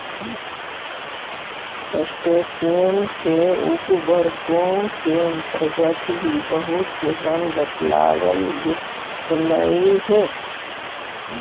crustacean के उपवर्गों के अन्तर्गत भी बहुत से गण बतलावल गेलइ हे